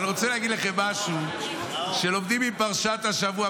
אבל אני רוצה להגיד לכם משהו שלומדים מפרשת השבוע,